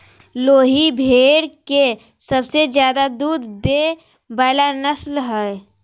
लोही भेड़ के सबसे ज्यादे दूध देय वला नस्ल हइ